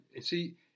See